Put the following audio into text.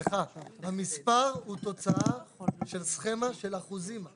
סליחה, המספר הוא תוצאה של סכמה של אחוזים.